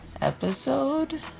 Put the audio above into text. episode